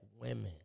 women